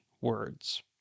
words